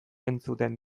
entzuten